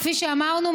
כפי שאמרנו,